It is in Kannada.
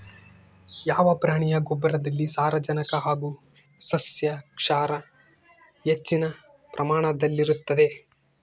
ಯಾವ ಪ್ರಾಣಿಯ ಗೊಬ್ಬರದಲ್ಲಿ ಸಾರಜನಕ ಹಾಗೂ ಸಸ್ಯಕ್ಷಾರ ಹೆಚ್ಚಿನ ಪ್ರಮಾಣದಲ್ಲಿರುತ್ತದೆ?